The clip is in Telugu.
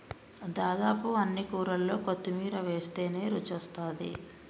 దాదాపు అన్ని కూరల్లో కొత్తిమీర వేస్టనే రుచొస్తాది